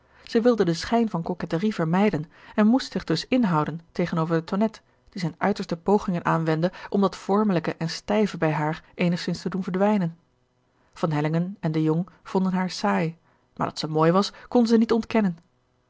zij wilde den schijn van coquetterie vermijden en moest zich dus inhouden tegenover de tonnette die zijne uiterste pogingen aanwendde om dat vormelijke en stijve bij haar eenigzins te doen verdwijnen van hellingen en de jong vonden haar saai maar dat ze mooi was konden zij niet ontkennen